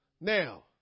Now